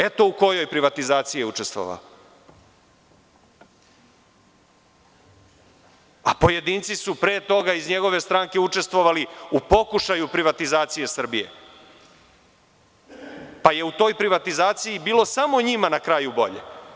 Eto u kojoj privatizaciji je učestvovao, a pojedinci iz njegove stranke su pre toga učestvovali u pokušaju privatizacije Srbije, pa je u toj privatizaciji bilo samo njima na kraju bolje.